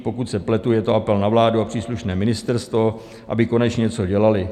Pokud se pletu, je to apel na vládu a příslušné ministerstvo, aby konečně něco dělali.